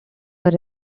were